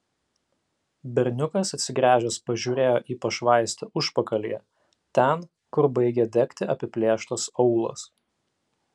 berniukas atsigręžęs pažiūrėjo į pašvaistę užpakalyje ten kur baigė degti apiplėštas aūlas